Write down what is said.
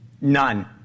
None